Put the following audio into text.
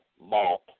malt